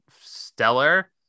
stellar